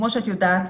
כמו שאת יודעת,